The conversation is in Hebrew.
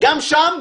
גם שם,